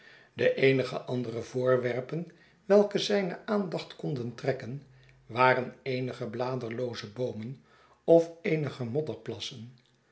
de eenige andere voorwerpen welke zijne aandacht konden trekken waren eenige bladerlooze boomen of eenige